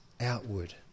outward